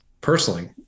personally